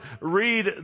read